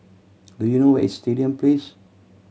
do you know where is Stadium Place